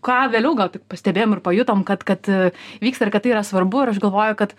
ką vėliau gal tik pastebėjom ir pajutom kad kad vyksta ir kad tai yra svarbu ir aš galvoju kad